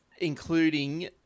including